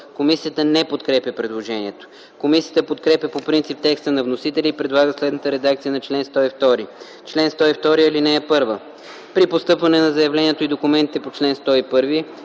Комисията не подкрепя предложението. Комисията подкрепя по принцип текста на вносителя и предлага следната редакция на чл. 102: “Чл. 102. (1) При постъпване на заявлението и документите по чл. 101